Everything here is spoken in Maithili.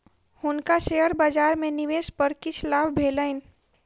हुनका शेयर बजार में निवेश पर किछ लाभ भेलैन